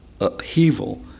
upheaval